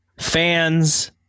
fans